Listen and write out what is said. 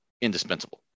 indispensable